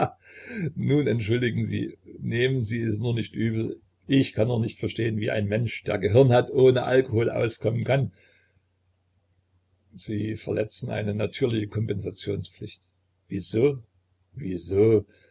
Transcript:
nun entschuldigen sie nehmen sie es nur nicht übel ich kann nur nicht verstehen wie ein mensch der gehirn hat ohne alkohol auskommen kann sie verletzen eine natürliche kompensationspflicht wieso wieso